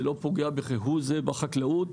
זה לא פוגע כהוא זה בחקלאות.